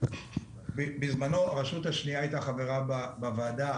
הוא שבזמנו הרשות השנייה הייתה חברה בוועדה,